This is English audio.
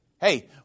Hey